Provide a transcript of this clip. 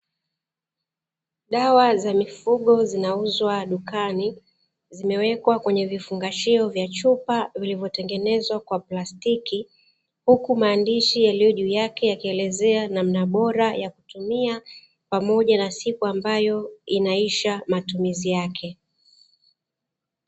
Dawa za mifugo zinauzwa dukani, zimewekwa kwenye vifungashio vya chupa vilivyotengenezwa kwa plastiki. Huku maandishi yaliyo juu yake yakielezea namna bora yakutumia, pamoja na siku ambayo inaisha matumizi yake.